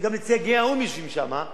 שגם נציגי האו"ם יושבים שם,